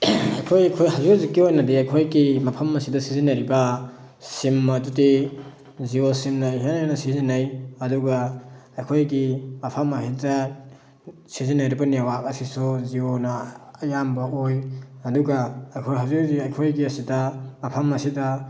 ꯑꯩꯈꯣꯏ ꯑꯩꯈꯣꯏꯒꯤ ꯍꯧꯖꯤꯛ ꯍꯧꯖꯤꯛꯀꯤ ꯑꯣꯏꯅꯗꯤ ꯑꯩꯈꯣꯏꯒꯤ ꯃꯐꯝ ꯑꯁꯤꯗ ꯁꯤꯖꯤꯟꯅꯔꯤꯕ ꯁꯤꯝ ꯑꯗꯨꯗꯤ ꯖꯤꯌꯣ ꯁꯤꯝꯅ ꯏꯍꯦꯟ ꯍꯦꯟꯅ ꯁꯤꯖꯤꯟꯅꯩ ꯑꯗꯨꯒ ꯑꯩꯈꯣꯏꯒꯤ ꯃꯐꯝ ꯑꯗꯨꯗ ꯁꯤꯖꯤꯟꯅꯔꯤꯕ ꯅꯦꯠꯋꯥꯛ ꯑꯁꯤꯁꯨ ꯖꯤꯌꯣꯅ ꯑꯌꯥꯝꯕ ꯑꯣꯏ ꯑꯗꯨꯒ ꯑꯩꯈꯣꯏ ꯍꯧꯖꯤꯛ ꯍꯧꯖꯤꯛ ꯑꯩꯈꯣꯏꯒꯤ ꯑꯁꯤꯗ ꯃꯐꯝ ꯑꯁꯤꯗ